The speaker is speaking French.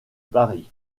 paris